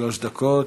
שלוש דקות.